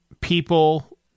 people